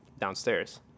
downstairs